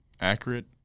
accurate